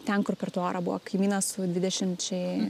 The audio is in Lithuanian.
ten kur per tvorą buvo kaimynas su dvidešimčiai